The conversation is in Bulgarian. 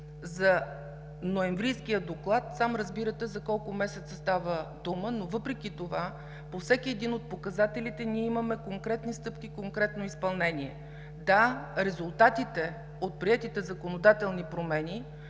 за ноемврийския доклад, сам разбирате за колко месеца става дума, но въпреки това по всеки един от показателите ние имаме конкретни стъпки и конкретно изпълнение. Да, резултатите от приетите законодателни промени